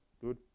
good